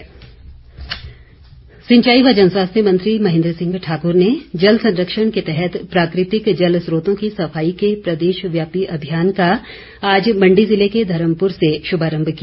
महेन्द्र सिंह सिंचाई व जनस्वास्थ्य मंत्री महेन्द्र सिंह ठाकुर ने जल संरक्षण के तहत प्राकृतिक जल स्रोतों की सफाई के प्रदेश व्यापी अभियान का आज मंडी जिले के धर्मपुर से शुभारंभ किया